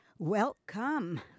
Welcome